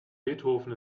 beethoven